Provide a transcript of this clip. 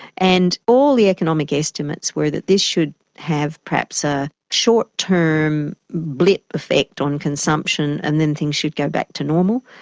and all the economic estimates were that this should have perhaps a short-term blip effect on consumption and then things should go back to normal.